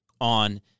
on